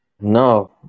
No